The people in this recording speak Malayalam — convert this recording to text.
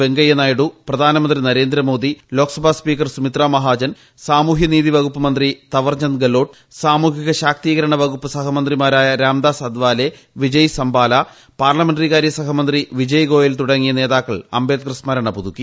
വെങ്കയ്യനായിഡു പ്രധാനമന്ത്രി നരേന്ദ്രമോദി ലോക്സഭാ സ്പീക്കർ സുമിത്ര മഹാജൻ സാമൂഹ്യ നീതി വകുപ്പ് മന്ത്രി തവർചന്ദ് ഗലോട്ട് സാമൂഹിക ശാക്തീകരണ വകുപ്പ് സഹമന്ത്രിമാരായ രാംദാസ് അത്വാലെ വിജയ് സംബലാ പാർല മെന്ററികാര്യ സഹമന്ത്രി വിജയ് ഗോയൽ തുടങ്ങിയ നേതാക്കൾ അംബേദ്ക്കർ സ്മരണ പുതുക്കി